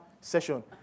session